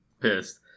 pissed